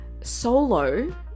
solo